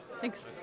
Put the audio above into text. Thanks